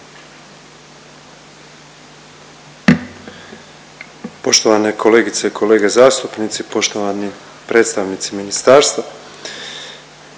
Poštovane kolegice i kolege zastupnici, poštovani predstavnici ministarstva,